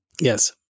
yes